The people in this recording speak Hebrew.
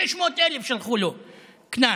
600,000 שלחו לו קנס,